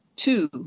Two